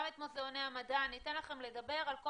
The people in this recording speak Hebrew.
גם את מוזיאוני המדע אני אתן לכם לדבר על כל